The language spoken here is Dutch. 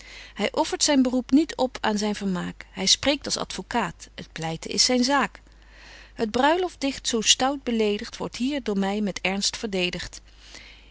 hy offert zyn beroep niet op aan zyn vermaak hy spreekt als advocaat het pleiten is zyn zaak het bruiloftdicht zo stout beledigt wordt hier door my met ernst verdedigt